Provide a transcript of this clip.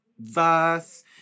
verse